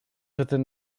within